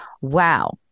Wow